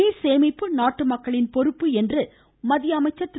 நீர் சேமிப்பு நாட்டு மக்களின் பொறுப்பு என்று மத்திய அமைச்சர் திரு